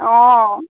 অঁ